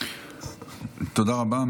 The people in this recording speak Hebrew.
תודה רבה.